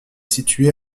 située